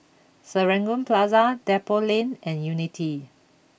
Serangoon Plaza Depot Lane and Unity